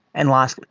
and last,